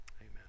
Amen